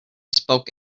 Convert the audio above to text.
spoke